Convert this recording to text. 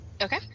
Okay